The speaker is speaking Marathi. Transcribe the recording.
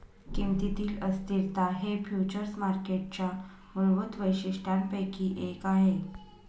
किमतीतील अस्थिरता हे फ्युचर्स मार्केटच्या मूलभूत वैशिष्ट्यांपैकी एक आहे